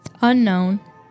unknown